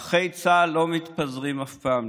נכי צה"ל לא מתפזרים אף פעם,